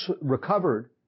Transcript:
recovered